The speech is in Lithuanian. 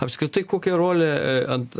apskritai kokią rolę ant